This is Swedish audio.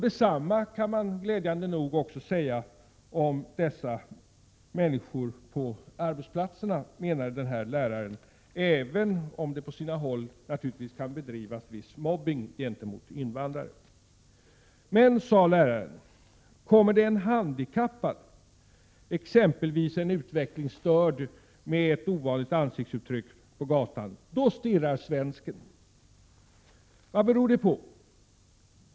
Detsamma kan glädjande nog sägas om människor på arbetsplatserna, menade denne lärare, även om det på sina håll bedrivs viss mobbning gentemot invandrare. Men, sade läraren, kommer det en handikappad på gatan — exempelvis en utvecklingsstörd med ett ovanligt ansiktsuttryck — då stirrar svensken. Vad beror det på?